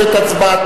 התשע"א